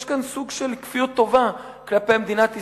יש כאן סוג של כפיות טובה כלפי מדינת ישראל,